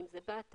אם זה באתר,